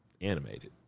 animated